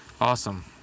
Awesome